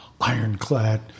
ironclad